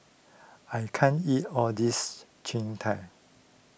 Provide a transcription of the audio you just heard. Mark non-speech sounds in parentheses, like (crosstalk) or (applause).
I can't eat all this Jian (unintelligible)